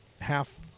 half